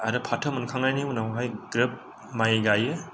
आरो फाथो मोनखांनायनि उनावहाय ग्रोब माइ गायो